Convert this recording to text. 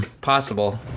Possible